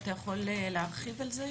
אתה יכול להרחיב על כך?